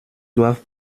doivent